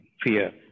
fear